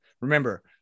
Remember